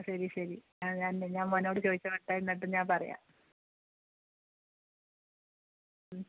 ശരി ശരി ആ ഞാൻ ന്നെ ഞാൻ മോനോട് ചോദിച്ചു നോക്കട്ടെ എന്നിട്ട് ഞാൻ പറയാം ഉം